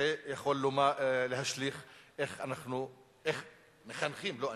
זה יכול להשליך על איך אנחנו מחנכים, לא אני,